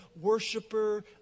worshiper